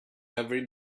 every